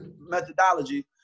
methodology